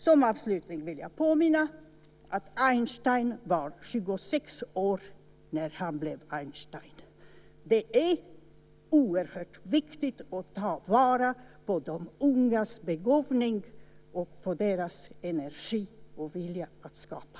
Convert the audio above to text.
Som avslutning vill jag påminna om att Einstein var 26 år när han blev Einstein. Det är oerhört viktigt att ta vara på de ungas begåvning och deras energi och vilja att skapa.